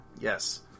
yes